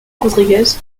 rodriguez